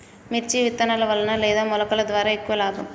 మిర్చి విత్తనాల వలన లేదా మొలకల ద్వారా ఎక్కువ లాభం?